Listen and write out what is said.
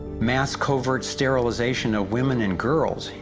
mass covert sterilization of women and girls,